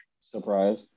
Surprise